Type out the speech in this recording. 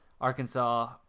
Arkansas